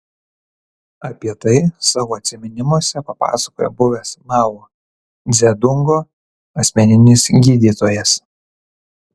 apie tai savo atsiminimuose papasakojo buvęs mao dzedungo asmeninis gydytojas